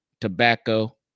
tobacco